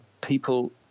people